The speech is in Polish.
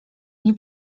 nie